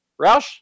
Roush